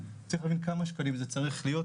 צריך להבין כמה שקלים זה צריך להיות,